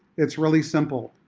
it's really simple.